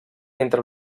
entre